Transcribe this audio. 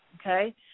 Okay